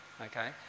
Okay